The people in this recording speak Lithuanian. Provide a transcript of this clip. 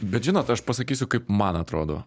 bet žinot aš pasakysiu kaip man atrodo